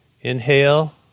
inhale